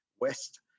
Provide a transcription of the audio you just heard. west